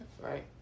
right